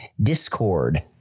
discord